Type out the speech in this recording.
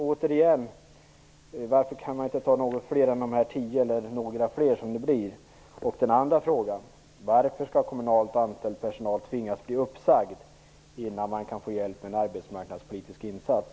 Återigen: Varför kan inte fler än dessa tio kommuner, eller om det blir några fler, få delta? Den andra frågan är: Varför skall kommunal personal tvingas bli uppsagd innan man kan få hjälp med en arbetsmarknadspolitisk insats?